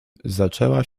zaczęła